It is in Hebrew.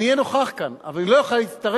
אהיה נוכח כאן, אבל לא אוכל להצטרף,